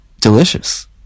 delicious